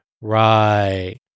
Right